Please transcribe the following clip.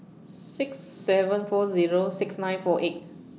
six seven four Zero six nine four eight